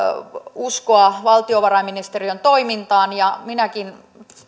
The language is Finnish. uskoa valtiovarainministeriön toimintaan ja minäkin